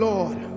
Lord